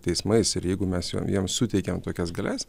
teismais ir jeigu mes jom jiems suteikėm tokias galias